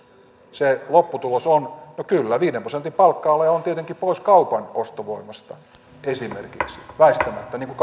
se lopputulos on no kyllä viiden prosentin palkka ale on tietenkin pois kaupan ostovoimasta esimerkiksi väistämättä niin kuin